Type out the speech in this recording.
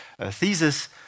thesis